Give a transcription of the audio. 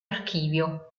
archivio